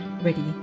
ready